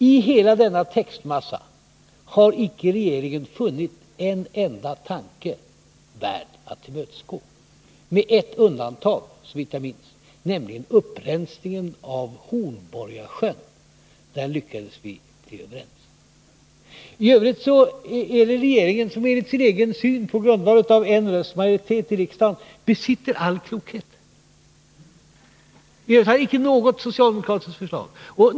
I hela denna textmassa har regeringen icke funnit en enda tanke värd att tillmötesgå, med ett enda undantag, såvitt jag minns, nämligen upprensningen av Hornborgasjön. Den lyckades vi bli överens om. I övrigt är det regeringen som, på grundval av en rösts majoritet i riksdagen, besitter all klokhet. I varje fall har icke något socialdemokratiskt förslag bifallits.